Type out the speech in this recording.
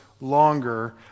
longer